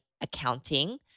accounting